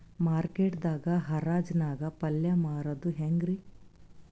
Market ದಾಗ್ ಹರಾಜ್ ನಾಗ್ ಪಲ್ಯ ಮಾರುದು ಹ್ಯಾಂಗ್ ರಿ?